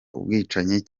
ubwicanyi